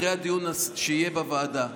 אחרי הדיון שיהיה בוועדה.